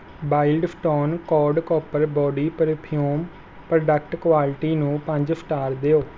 Wild Stone Code Copper body perfume product quality ਨੂੰ ਪੰਜ star ਦਿਓ